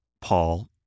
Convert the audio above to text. Paul